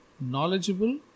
knowledgeable